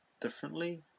differently